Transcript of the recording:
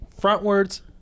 frontwards